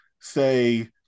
say